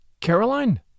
Caroline